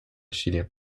chilien